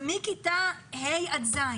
מכיתה ה' עד ז',